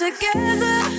Together